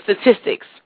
statistics